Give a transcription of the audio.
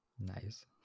Nice